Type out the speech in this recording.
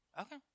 Okay